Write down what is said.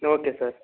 okay sir